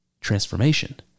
transformation